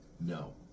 no